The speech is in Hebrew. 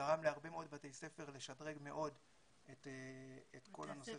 גרם להרבה מאוד בתי ספר לשדרג מאוד את כל הנושא